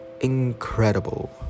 incredible